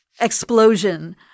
explosion